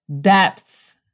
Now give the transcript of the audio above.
depth